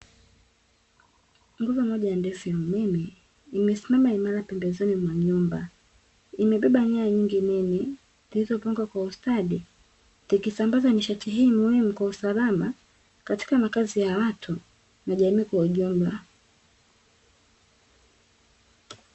Nguzo moja ndefu ya umeme imesimama imara pembezoni mwa nyumba, imebeba nyaya nyingi nene, zilizopangwa kwa ustadi zikisambaza nishati hii kwa usalama katika makazi ya watu na jamii kwa ujumla.